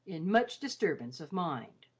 in much disturbance of mind.